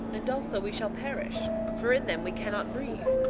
and also we shall perish, for in them we cannot breathe,